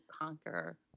conquer